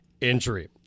injury